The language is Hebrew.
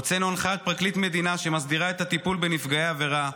הוצאנו הנחיית פרקליט מדינה שמסדירה את הטיפול בנפגעי עבירה,